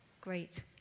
Great